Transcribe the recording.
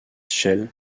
shell